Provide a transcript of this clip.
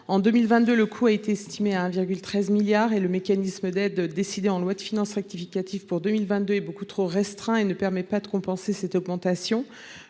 En 2022, ce coût a été estimé à 1,13 milliard d'euros. Le mécanisme d'aide adopté dans le cadre de la loi de finances rectificatives pour 2022 est beaucoup trop restreint et ne permet pas de compenser cette augmentation.